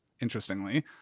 interestingly